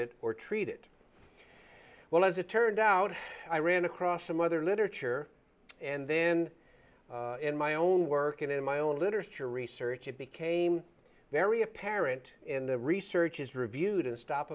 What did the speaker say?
it or treat it well as it turned out i ran across some other literature and then in my own work and in my own literature research it became very apparent in the research is reviewed and stop